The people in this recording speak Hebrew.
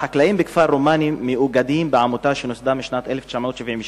החקלאים בכפר רומאנה מאוגדים בעמותה שנוסדה משנת 1972,